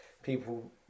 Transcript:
people